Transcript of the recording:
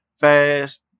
Fast